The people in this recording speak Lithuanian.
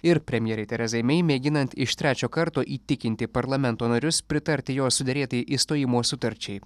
ir premjerei terezai mei mėginant iš trečio karto įtikinti parlamento narius pritarti jos suderėtai išstojimo sutarčiai